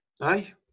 Aye